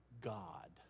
God